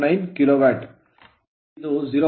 ಇಲ್ಲಿ ಇದು 0